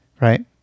right